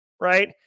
right